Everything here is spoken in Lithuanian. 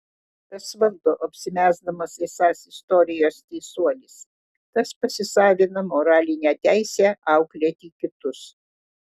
kas valdo apsimesdamas esąs istorijos teisuolis tas pasisavina moralinę teisę auklėti kitus